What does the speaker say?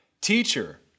Teacher